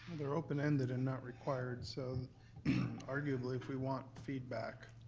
they're open ended and not required, so arguably, if we want feedback,